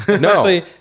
no